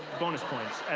bonus points.